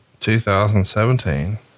2017